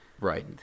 Right